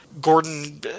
Gordon